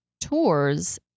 tours